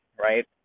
Right